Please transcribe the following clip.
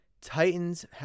Titans